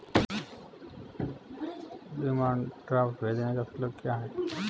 Demand draft भेजने का शुल्क क्या है?